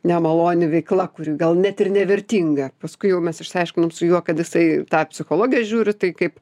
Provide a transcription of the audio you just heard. nemaloni veikla kuri gal net ir nevertinga paskui mes išsiaiškinome su juo kad jisai tą psichologiją žiūri tai kaip